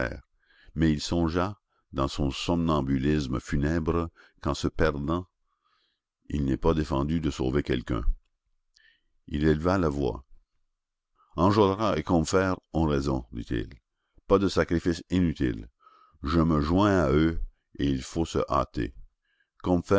mais il songea dans son somnambulisme funèbre qu'en se perdant il n'est pas défendu de sauver quelqu'un il éleva la voix enjolras et combeferre ont raison dit-il pas de sacrifice inutile je me joins à eux et il faut se hâter